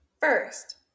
First